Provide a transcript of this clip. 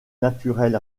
naturel